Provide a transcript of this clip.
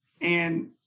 and-